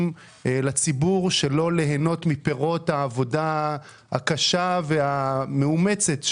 לציבור שלא ליהנות מפירות העבודה הקשה והמאומצת,